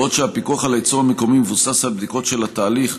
בעוד הפיקוח על הייצור המקומי מבוסס על בדיקות של התהליך,